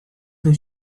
the